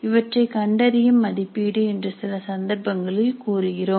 இவற்றை கண்டறியும் மதிப்பீடு என்று சில சந்தர்ப்பங்களில் கூறுகிறோம்